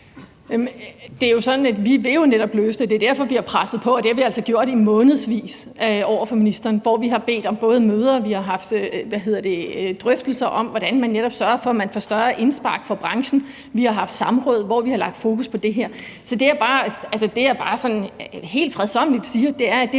vil løse det. Det er derfor, vi har presset på, og det har vi altså gjort i månedsvis over for ministeren, hvor vi både har bedt om møder, og vi har haft drøftelser om, hvordan man netop sørger for, at man får større indspark fra branchen. Vi har haft samråd, hvor vi har sat fokus på det her. Det, jeg bare sådan helt fredsommeligt siger, er,